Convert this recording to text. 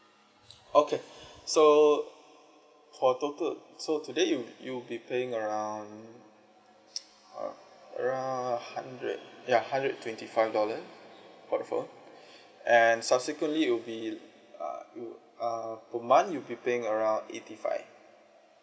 okay so for total so today it will you'll be paying around around hundred ya hundred twenty five dollar for the phone and subsequently it will be uh it will uh per month you'll be paying around eighty five